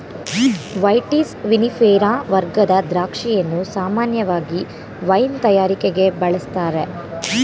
vitis vinifera ವರ್ಗದ ದ್ರಾಕ್ಷಿಯನ್ನು ಸಾಮಾನ್ಯವಾಗಿ ವೈನ್ ತಯಾರಿಕೆಗೆ ಬಳುಸ್ತಾರೆ